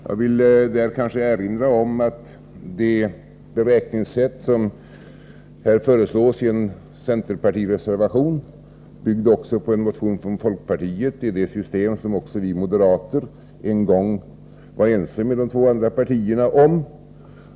Jag vill där erinra om att det beräkningssätt som föreslås i en centerpartireservation, byggd också på en motion från folkpartiet, är det system som även vi moderater en gång var ense med de två andra partierna om.